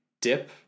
dip